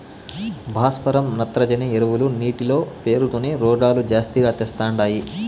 భాస్వరం నత్రజని ఎరువులు నీటిలో పేరుకొని రోగాలు జాస్తిగా తెస్తండాయి